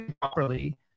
properly